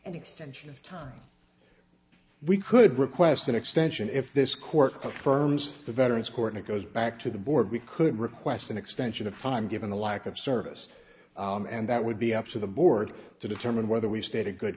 and extension of time we could request an extension if this court confirms the veterans court it goes back to the board we could request an extension of time given the lack of service and that would be up to the board to determine whether we stayed a good